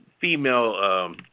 female